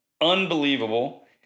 unbelievable